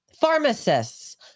Pharmacists